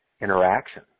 interaction